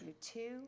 two